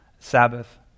sabbath